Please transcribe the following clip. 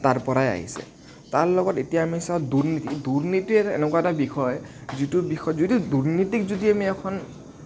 তাৰ পৰাই আহিছে তাৰ লগত এতিয়া আমি চাওঁ দুৰ্নীতি দুৰ্নীতি এনেকুৱা এটা বিষয় যিটো বিষয় যিহেতু দুৰ্নীতিক যদি এখন